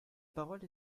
parole